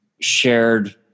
shared